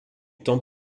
temps